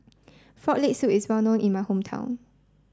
frog leg soup is well known in my hometown